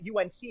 UNC